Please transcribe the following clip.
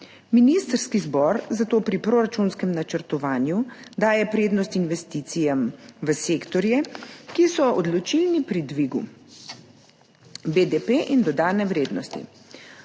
Ministrski zbor zato pri proračunskem načrtovanju daje prednost investicijam v sektorje, ki so odločilni pri dvigu BDP in dodane vrednosti.